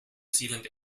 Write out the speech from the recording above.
zealand